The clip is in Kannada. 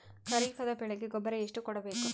ಖರೀಪದ ಬೆಳೆಗೆ ಗೊಬ್ಬರ ಎಷ್ಟು ಕೂಡಬೇಕು?